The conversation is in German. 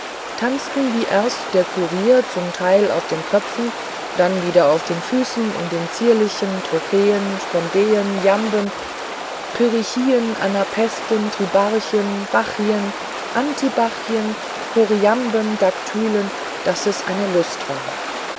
tanzten wie erst der kurier zum teil auf den köpfen dann wieder auf den füßen in den zierlichsten trochäen spondeen jamben pyrrhichien anapästen tribrachen bachien antibachien choriamben und daktylen daß es eine lust war